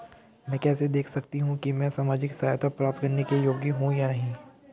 मैं कैसे देख सकती हूँ कि मैं सामाजिक सहायता प्राप्त करने के योग्य हूँ या नहीं?